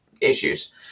issues